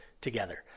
together